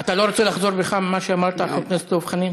אתה לא רוצה לחזור בך ממה שאמרת על חבר הכנסת דב חנין?